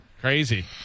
Crazy